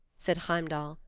said heimdall,